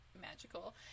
magical